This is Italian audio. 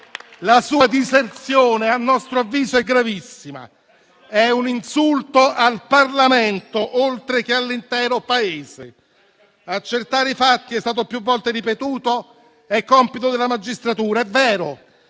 La sua diserzione, a nostro avviso, è gravissima: è un insulto al Parlamento, oltre che all'intero Paese. Accertare i fatti, com'è stato più volte ripetuto, è compito della magistratura. È vero,